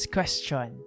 Question